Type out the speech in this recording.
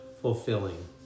fulfilling